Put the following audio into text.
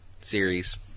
series